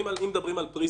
אני לא רוצה לפרט